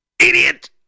Idiot